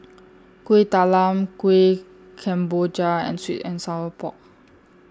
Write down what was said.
Kuih Talam Kuih Kemboja and Sweet and Sour Pork